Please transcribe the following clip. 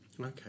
Okay